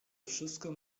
wszystko